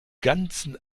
ganzen